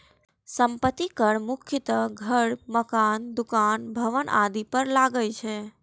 संपत्ति कर मुख्यतः घर, मकान, दुकान, भवन आदि पर लागै छै